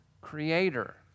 creator